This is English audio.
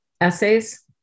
essays